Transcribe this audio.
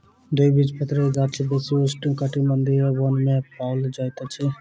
द्विबीजपत्री गाछ बेसी उष्णकटिबंधीय वन में पाओल जाइत अछि